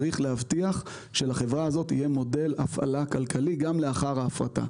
צריך להבטיח שלחברה הזאת יהיה מודל הפעלה כלכלי גם לאחר ההפרטה.